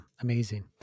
Amazing